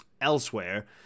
elsewhere